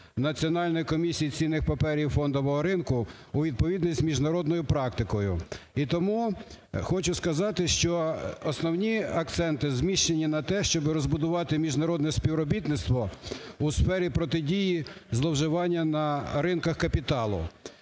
Національної комісії з цінних паперів і фондового ринку у відповідність з міжнародною практикою. І тому хочу сказати, що основні акценти зміщені на те, щоби розбудувати міжнародне співробітництво у сфері протидії зловживання на ринках капіталу.